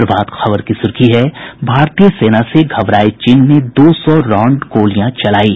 प्रभात खबर की सुर्खी है भारतीय सेना से घबराये चीन ने दो सौ राउंड गोलियां चलायी